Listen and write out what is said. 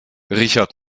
richard